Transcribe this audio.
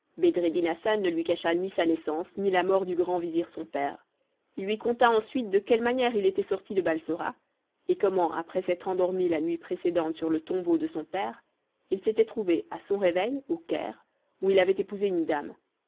hassan ne lui cacha ni sa naissance ni la mort du grand vizir son père il lui conta ensuite de quelle manière il était sorti de balsora et comment après s'être endormi la nuit précédente sur le tombeau de son père il s'était trouvé à son réveil au caire où il avait épousé une dame